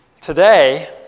Today